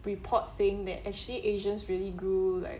report saying that actually asians really grew like